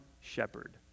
shepherd